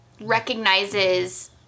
recognizes